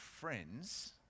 friends